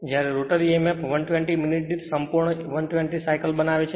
જ્યારે rotor e m f 120 minute દીઠ સંપૂર્ણ 120 સાઇકલ બનાવે છે